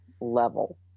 level